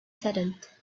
saddened